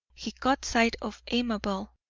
he caught sight of amabel.